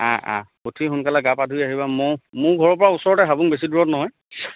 অ অঁ উঠি সোনকালে গা পা ধুই আহিবা মই মোৰ ঘৰৰ পৰা ওচৰতে হাবুং বেছি দূৰত নহয়